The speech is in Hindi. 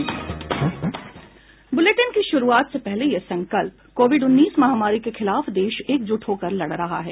बुलेटिन की शुरूआत से पहले ये संकल्प कोविड उन्नीस महामारी के खिलाफ देश एकज़्ट होकर लड़ रहा है